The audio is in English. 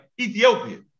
Ethiopia